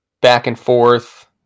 back-and-forth